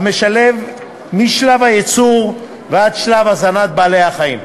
משלב הייצור ועד שלב הזנת בעלי-החיים,